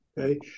okay